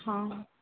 ହଁ